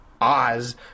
Oz